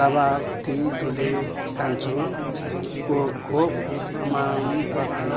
लाभार्थी ठुले कान्छोको खोप प्रमाण पत्र